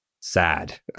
sad